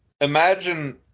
imagine